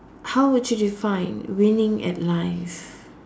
how would you define winning at life